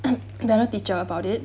another teacher about it